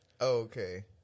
Okay